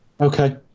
okay